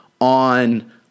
on